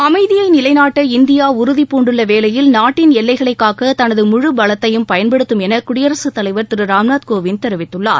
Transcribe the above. அமைதியை நிலைநாட்ட இந்தியா உறுதிபூன்டுள்ள வேளையில் நாட்டின் எல்லைகளைக் காக்க தனது முழு பலத்தையும் பயன்படுத்தும் என குடியரசுத் தலைவர் திரு ராம்நாத் கோவிந்த் தெரிவித்துள்ளார்